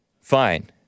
Fine